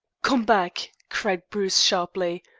come back, cried bruce sharply.